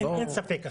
אין ספק.